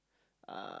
uh